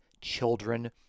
children